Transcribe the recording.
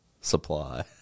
supply